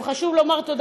גם חשוב לומר מילה,